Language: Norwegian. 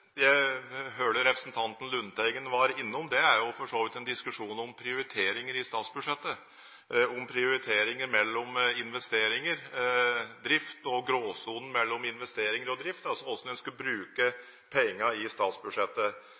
jeg hørte representanten Lundteigen var innom, er for så vidt en diskusjon om prioriteringer i statsbudsjettet – om prioriteringer mellom investeringer og drift, og gråsonen mellom investeringer og drift, altså hvordan man skal bruke pengene i statsbudsjettet.